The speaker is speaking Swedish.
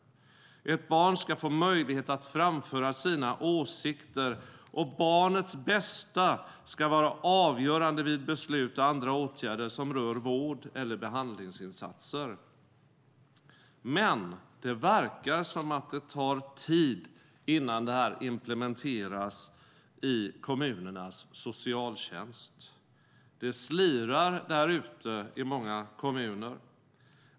Ett barn ska få möjlighet att framföra sina åsikter, och barnets bästa ska vara avgörande vid beslut och andra åtgärder som rör vård eller behandlingsinsatser. Det verkar dock som att det tar tid innan detta implementeras i kommunernas socialtjänst. Det slirar där ute i många kommuner.